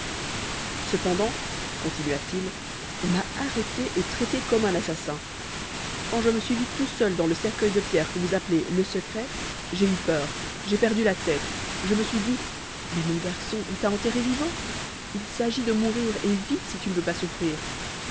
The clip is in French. cependant continua-t-il on m'a arrêté et traité comme un assassin quand je me suis vu tout seul dans ce cercueil de pierre que vous appelez le secret j'ai eu peur j'ai perdu la tête je me suis dit mais mon garçon on t'a enterré vivant il s'agit de mourir et vite si tu ne veux pas souffrir